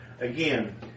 again